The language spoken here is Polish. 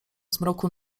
zmroku